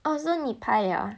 oh so 你拍 [liao] ah